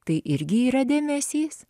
tai irgi yra dėmesys